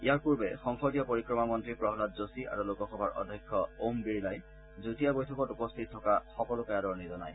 ইয়াৰ পূৰ্বে সংসদীয় পৰিক্ৰমা মন্ত্ৰী প্ৰহাদ যোশী আৰু লোকসভাৰ অধ্যক্ষ ওম বিৰলাই যুটীয়া বৈঠকত উপস্থিত থকা সকলোকে আদৰণি জনায়